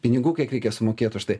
pinigų kiek reikia sumokėt už tai